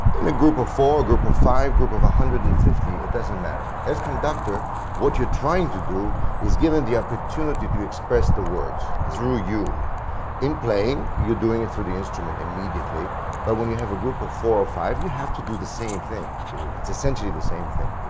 in a group of four, a group of five, group of one hundred and fifty, it doesn't matter, as conductor what you're trying to do is given the opportunity to express the words, through you in playing, you're doing it through through the instrument immediately but when you have a group of four or five you have to do the same thing sure. it's essentially the same thing.